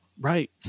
right